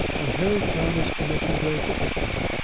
and harry found his commission very difficult.